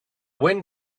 wind